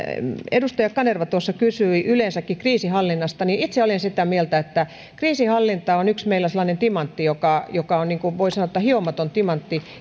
edustaja kanerva tuossa kysyi ja yleensäkin kriisinhallinnasta itse olen sitä mieltä että kriisinhallinta on meillä yksi sellainen timantti joka joka on voi sanoa hiomaton timantti